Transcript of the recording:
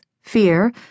fear